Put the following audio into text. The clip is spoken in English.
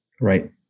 Right